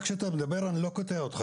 כשאתה מדבר אני לא קוטע אותך.